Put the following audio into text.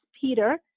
Peter